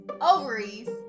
ovaries